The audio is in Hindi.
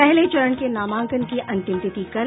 पहले चरण के नामांकन की अंतिम तिथि कल